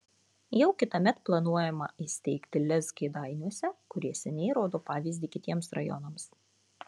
jau kitąmet planuojama įsteigti lez kėdainiuose kurie seniai rodo pavyzdį kitiems rajonams